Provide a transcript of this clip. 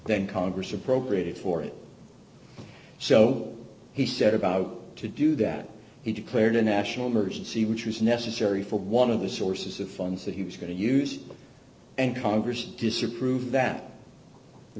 then congress appropriated for it so he set about to do that he declared a national emergency which was necessary for one of the sources of funds that he was going to use and congress disapproved that the